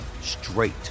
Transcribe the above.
straight